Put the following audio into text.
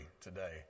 today